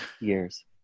years